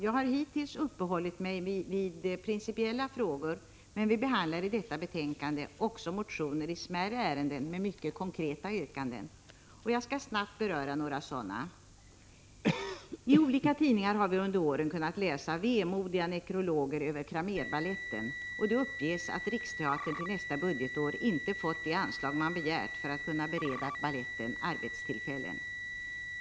Jag har hittills uppehållit mig vid principiella frågor, men vi behandlar i detta betänkande också motioner i smärre ärenden med mycket konkreta yrkanden, och jag skall snabbt beröra några sådana. I olika tidningar har vi under våren kunnat läsa vemodiga nekrologer över Cramérbaletten, och det uppges att Riksteatern till nästa budgetår inte fått de anslag man begärt för att kunna bereda baletten arbetstillfällen.